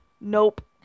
Nope